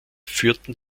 führten